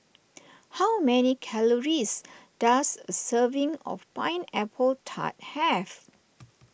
how many calories does a serving of Pineapple Tart have